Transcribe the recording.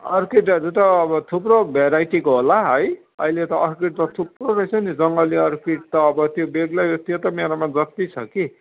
अर्किडहरू त अब थुप्रो भेराइटीको होला है अहिले त अर्किड त थुप्रो रहेछ नि जङ्गली अर्किड त अब त्यो बेग्लै त्यो त मेरोमा जत्ति छ कि